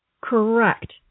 Correct